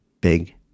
big